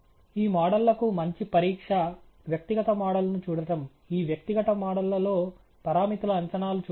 ఈ మోడళ్లకు మంచి పరీక్ష వ్యక్తిగత మోడల్ను చూడటం ఈ వ్యక్తిగత మోడళ్లలో పరామితుల అంచనాలు చూడాలి